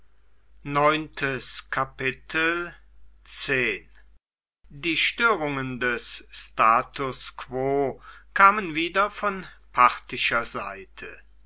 urs lxxii die störungen des status quo kamen wieder von parthischer seite